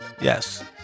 Yes